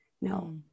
No